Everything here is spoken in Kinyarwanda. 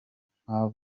kuko